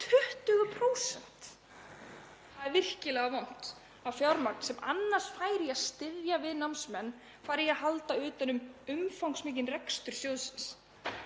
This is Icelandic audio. Það er virkilega vont að fjármagn sem annars færi í að styðja við námsmenn fari í að halda utan um umfangsmikinn rekstur sjóðsins.